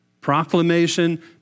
Proclamation